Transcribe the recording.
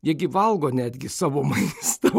jie gi valgo netgi savo maistą